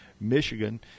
Michigan